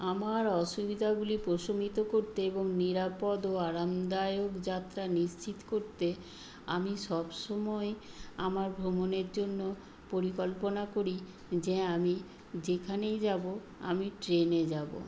আমার অসুবিদাগুলি পোশমিত করতে এবং নিরাপদ ও আরামদায়ক যাত্রা নিশ্চিত করতে আমি সব সময় আমার ভ্রমণের জন্য পরিকল্পনা করি যে আমি যেখানেই যাবো আমি ট্রেনে যাবো